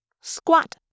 Squat